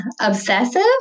obsessive